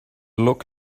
look